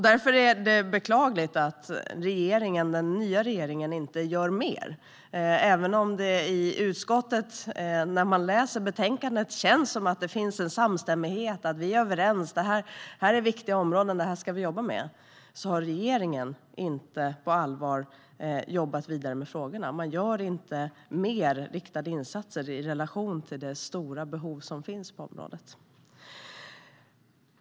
Därför är det beklagligt att den nya regeringen inte gör mer, även om det, när man läser betänkandet, känns som att det finns en samstämmighet, att vi är överens, att vi ska jobba med dessa viktiga områden. Men regeringen har inte på allvar jobbat vidare med det här området. Man gör inte mer riktade insatser i relation till det stora behov som finns.